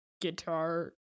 guitar